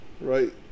right